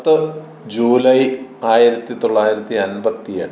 പത്ത് ജൂലൈ ആയിരത്തി തൊള്ളായിരത്തി അൻപത്തി എട്ട്